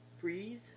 Breathe